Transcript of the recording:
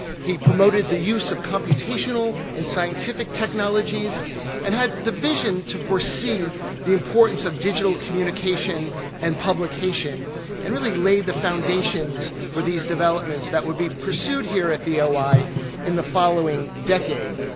he promoted the use of computational and scientific technologies and had the vision to foresee the importance of digital communication and publication and really laid the foundations for these developments that would be pursued here at the ah oi in the following decade.